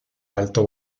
alto